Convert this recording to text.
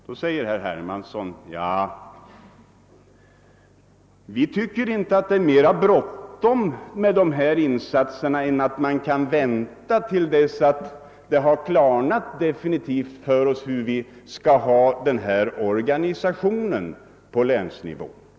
Då säger herr Hermansson: Vi tycker inte att det är mera bråttom med de här insatserna än att man kan vänta till dess att det blivit definitivt klart hur den här organisationen på länsnivå skall vara.